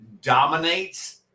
dominates